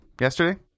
yesterday